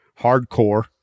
hardcore